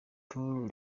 pour